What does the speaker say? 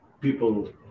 people